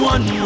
One